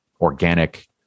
organic